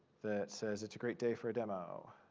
that says, it's a great day for a demo.